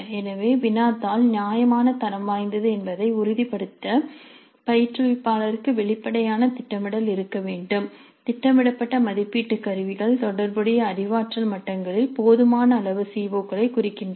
எனவே வினாத்தாள் நியாயமான தரம் வாய்ந்தது என்பதை உறுதிப்படுத்த பயிற்றுவிப்பாளருக்கு வெளிப்படையான திட்டமிடல் இருக்க வேண்டும் திட்டமிடப்பட்ட மதிப்பீட்டு கருவிகள் தொடர்புடைய அறிவாற்றல் மட்டங்களில் போதுமான அளவு சி ஓ களைக் குறிக்கின்றன